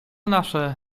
nasze